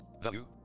Value